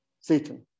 Satan